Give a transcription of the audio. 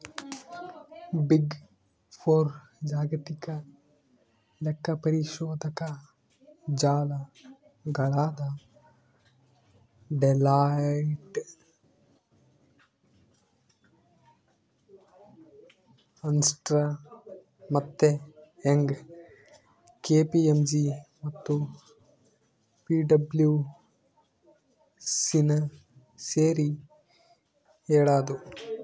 big four ಜಾಗತಿಕ ಲೆಕ್ಕಪರಿಶೋಧಕ ಜಾಲಗಳಾದ ಡೆಲಾಯ್ಟ್, ಅರ್ನ್ಸ್ಟ್ ಮತ್ತೆ ಯಂಗ್, ಕೆ.ಪಿ.ಎಂ.ಜಿ ಮತ್ತು ಪಿಡಬ್ಲ್ಯೂಸಿನ ಸೇರಿ ಹೇಳದು